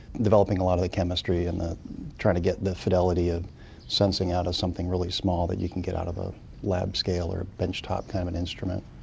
developing a lot of the chemistry and trying to get the fidelity of sensing out of something really small that you can get out of a lab-scale or a bench-top kind of an instrument.